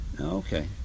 Okay